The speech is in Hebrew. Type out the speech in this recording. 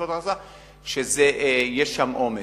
ויש שם עומס.